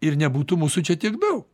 ir nebūtų mūsų čia tiek daug